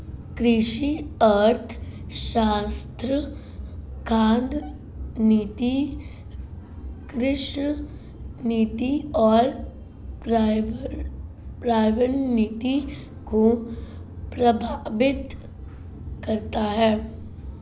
कृषि अर्थशास्त्र खाद्य नीति, कृषि नीति और पर्यावरण नीति को प्रभावित करता है